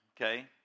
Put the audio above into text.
okay